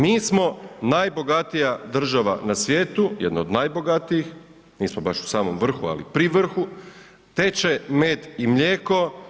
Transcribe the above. Mi smo najbogatija država na svijetu, jedna od najbogatijih, nismo baš u samom vrhu ali pri vrhu, teče med i mlijeko.